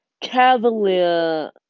cavalier